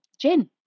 gin